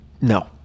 No